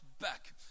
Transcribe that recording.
back